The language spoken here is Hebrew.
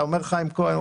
אתה אומר חיים כהן,